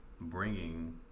bringing